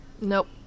Nope